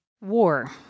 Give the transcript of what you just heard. War